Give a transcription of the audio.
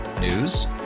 News